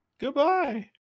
Goodbye